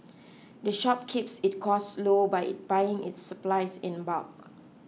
the shop keeps its costs low by buying its supplies in bulk